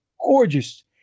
gorgeous